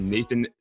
Nathan